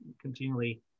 continually